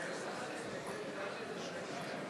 הצעת סיעת מרצ